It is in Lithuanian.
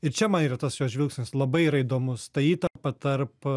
ir čia man yra tas jo žvilgsnis labai yra įdomus ta įtampa tarp